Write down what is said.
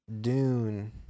Dune